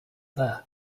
there